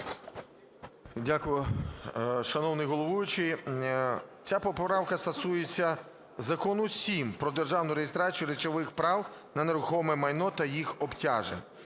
Дякую, шановний головуючий. Ця поправка стосується Закону… сім "Про державну реєстрацію речових прав на нерухоме майно та їх обтяжень".